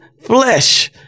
flesh